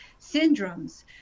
syndromes